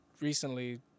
recently